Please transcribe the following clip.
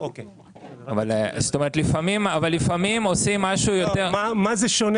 אבל לפעמים עושים משהו יותר --- מה זה שונה